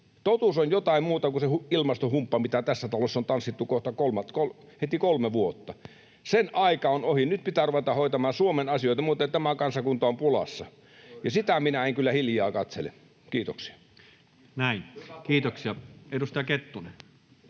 Totuus on jotain muuta kuin se ilmastohumppa, mitä tässä talossa on tanssittu kohta kolme vuotta. Sen aika on ohi. Nyt pitää ruveta hoitamaan Suomen asioita, muuten tämä kansakunta on pulassa, [Petri Huru: Juuri näin!] ja sitä minä en kyllä hiljaa katsele. — Kiitoksia. [Petri Huru: